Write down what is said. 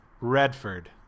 Redford